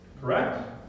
Correct